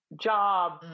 job